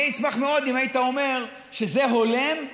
אני אשמח מאוד אם היית אומר שזה הולם,